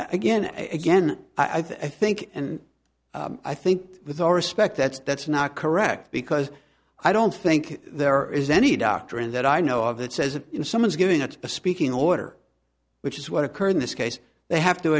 and again i think and i think with all respect that's that's not correct because i don't think there is any doctrine that i know of that says in someone's giving it a speaking order which is what occurred in this case they have to